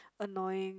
annoying